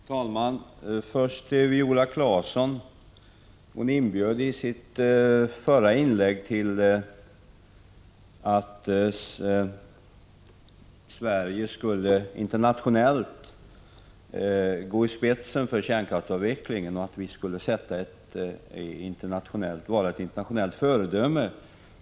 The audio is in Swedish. Herr talman! Först till Viola Claesson, som i sitt förra inlägg föreslog att Sverige internationellt skulle gå i spetsen för kärnkraftsavvecklingen och vara ett internationellt föredöme.